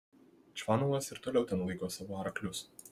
čvanovas ir toliau ten laiko savo arklius